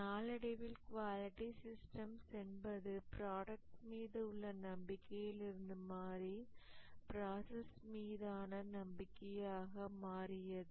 நாளடைவில் quality systems என்பது product மீது உள்ள நம்பிக்கையில் இருந்து மாறி ப்ராசஸ் மீதான நம்பிக்கையாக மாறியது